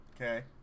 Okay